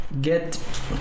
get